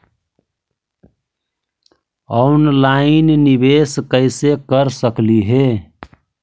Online निबेस कैसे कर सकली हे?